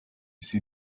see